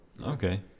Okay